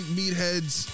meatheads